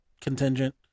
contingent